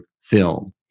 FILM